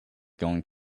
going